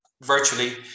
virtually